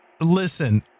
listen